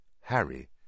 Harry